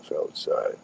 outside